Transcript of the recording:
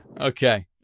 Okay